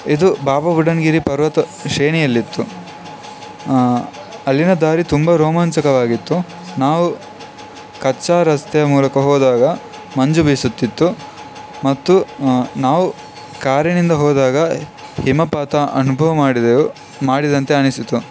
ಇದು ಬಾಬಾ ಬುಡನ್ಗಿರಿ ಪರ್ವತ ಶ್ರೇಣಿಯಲ್ಲಿತ್ತು ಅಲ್ಲಿನ ದಾರಿ ತುಂಬ ರೋಮಾಂಚಕವಾಗಿತ್ತು ನಾವು ಕಚ್ಚಾ ರಸ್ತೆೆಯ ಮೂಲಕ ಹೋದಾಗ ಮಂಜು ಬೀಸುತ್ತಿತ್ತು ಮತ್ತು ನಾವು ಕಾರಿನಿಂದ ಹೋದಾಗ ಹಿಮಪಾತ ಅನುಭವ ಮಾಡಿದೆವು ಮಾಡಿದಂತೆ ಅನಿಸಿತು